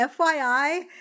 FYI